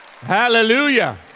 Hallelujah